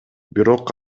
бирок